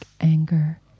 anger